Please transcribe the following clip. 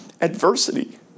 adversity